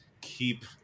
Keep